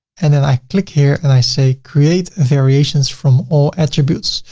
and then i click here and i say, create variations from all attributes.